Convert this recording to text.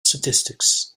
statistics